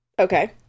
Okay